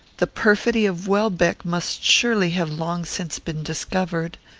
the perfidy of welbeck must surely have long since been discovered.